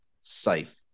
safe